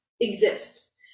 exist